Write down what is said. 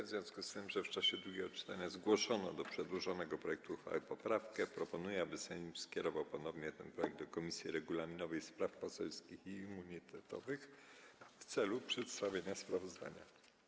W związku z tym, że w czasie drugiego czytania zgłoszono do przedłożonego projektu uchwały poprawki, proponuję, aby Sejm skierował ponownie ten projekt do Komisji Regulaminowej, Spraw Poselskich i Immunitetowych w celu przedstawienia sprawozdania.